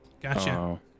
Gotcha